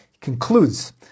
concludes